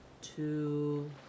Two